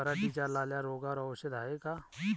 पराटीच्या लाल्या रोगावर औषध हाये का?